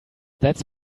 that’s